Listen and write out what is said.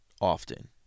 often